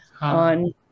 on